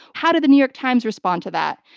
how did the new york times respond to that?